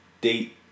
date